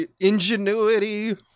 ingenuity